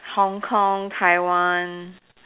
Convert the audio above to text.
Hong-Kong Taiwan